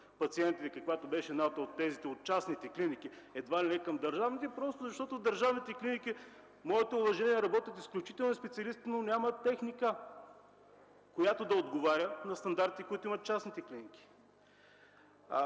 пациенти, каквато беше едната от тезите – от частните клиники едва ли не към държавните, защото в държавните клиники, моите уважения, работят изключителни специалисти, но нямат техника, която да отговаря на стандартите, които имат частните клиники.